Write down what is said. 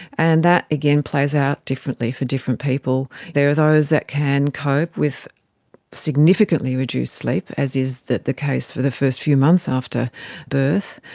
and that again plays out differently for different people. there are those that can cope with significantly reduced sleep, as is the case for the first few months after birth,